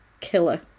Killer